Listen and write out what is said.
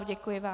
Děkuji vám.